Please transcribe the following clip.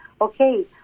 okay